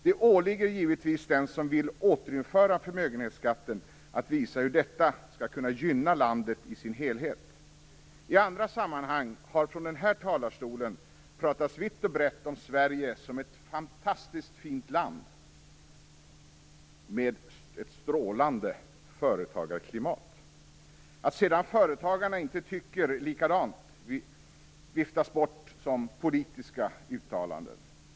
Det åligger givetvis den som vill återinföra förmögenhetsskatten att visa hur detta skall kunna gynna landet i sin helhet. I andra sammanhang har det från den här talarstolen pratats vitt och brett om Sverige som ett fantastiskt fint land med ett strålande företagarklimat. Att sedan företagarna inte tycker likadant viftas bort som politiska uttalanden.